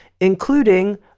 including